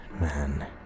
man